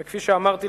וכפי שאמרתי,